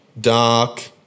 dark